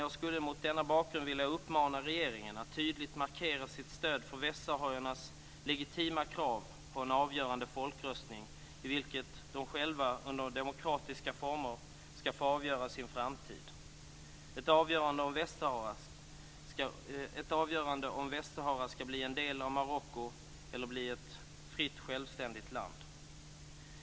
Jag skulle mot denna bakgrund vilja uppmana regeringen att tydlig markera sitt stöd för västsahariernas legitima krav på en avgörande folkomröstning vid vilken de själva under demokratiska former skall få avgöra sin framtid. Avgörandet gäller om Västsahara skall bli en del av Marocko eller ett fritt självständigt land.